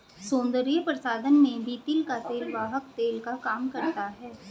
सौन्दर्य प्रसाधन में भी तिल का तेल वाहक तेल का काम करता है